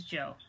Joe